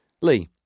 Lee